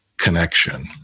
connection